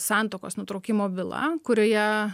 santuokos nutraukimo byla kurioje